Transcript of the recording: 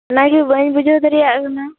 ᱚᱱᱟᱜᱮ ᱵᱟ ᱧ ᱵᱩᱡᱷᱟ ᱣ ᱫᱟᱲᱮᱭᱟᱜ ᱠᱟᱱᱟ